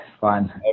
Fine